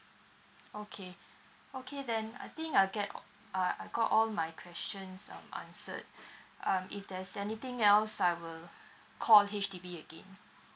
okay okay then I think I get uh I got all my questions um answered um if there's anything else I will call H_D_B again